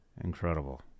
incredible